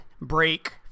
break